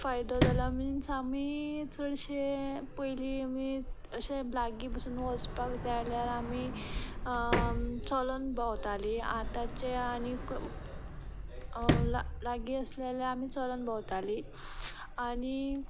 फायदो जाला मिन्स आमी चडशें पयलीं आमी अशी लागीं बसून वचपाक जाय जाल्यार आमी चलून भोंवतालीं आतांचें आनी लागीं आसली जाल्यार आमी चलून भोंवतालीं आनी